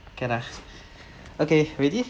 can ah okay ready